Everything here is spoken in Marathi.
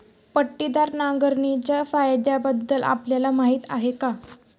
पट्टीदार नांगरणीच्या फायद्यांबद्दल आपल्याला माहिती आहे का?